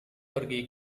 pergi